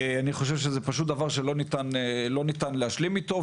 אני חושב שזה פשוט דבר שלא ניתן להשלים איתו,